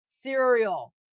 cereal